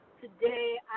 today